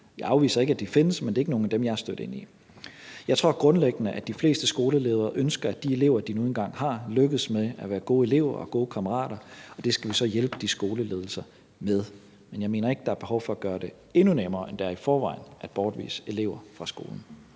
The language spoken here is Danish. jeg afviser ikke, at de findes, men jeg er ikke stødt ind i nogen af dem. Jeg tror grundlæggende, at de fleste skoleledere ønsker, at de elever, de nu engang har, lykkes med at være gode elever og gode kammerater, og det skal vi så hjælpe de skoleledelser med. Men jeg mener ikke, at der er behov for at gøre det endnu nemmere, end det er i forvejen, at bortvise elever fra skolen.